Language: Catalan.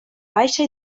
baixa